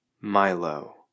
milo